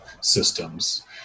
systems